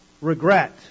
regret